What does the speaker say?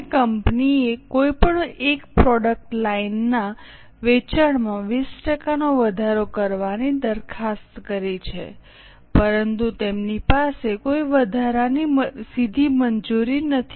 હવે કંપનીએ કોઈપણ એક પ્રોડક્ટ લાઇનના વેચાણમાં 20 ટકાનો વધારો કરવાની દરખાસ્ત કરી છે પરંતુ તેમની પાસે કોઈ વધારાની સીધી મજૂરી નથી